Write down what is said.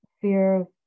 fear